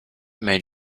made